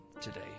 today